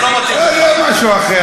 זה לא מתאים לך,